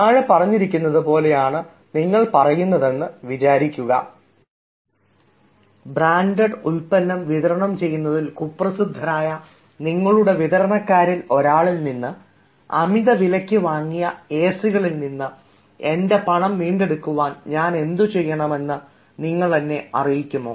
താഴെ പറഞ്ഞിരിക്കുന്ന പോലെ ആണ് നിങ്ങൾ പറയുന്നത് എന്നു വിചാരിക്കുക 'ബ്രാൻഡഡ് ഉൽപ്പന്നങ്ങൾ വിതരണം ചെയ്യുന്നതിൽ കുപ്രസിദ്ധരായ നിങ്ങളുടെ വിതരണക്കാരിൽ ഒരാളിൽ നിന്ന് അമിത വിലയ്ക്ക് വാങ്ങിയ എസികളിൽ നിന്ന് എൻറെ പണം വീണ്ടെടുക്കാൻ ഞാൻ എന്തുചെയ്യണമെന്ന് നിങ്ങൾ എന്നെ അറിയിക്കുമോ